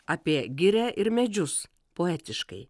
apie girią ir medžius poetiškai